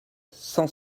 cent